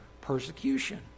persecution